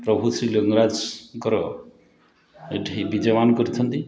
ପ୍ରଭୁ ଶ୍ରୀ ଲିଙ୍ଗରାଜଙ୍କର ଏଠି ବିଜୟମାନ କରିଛନ୍ତି